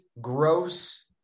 gross